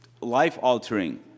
life-altering